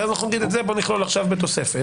ואז נגיד שנכלול את זה בתוספת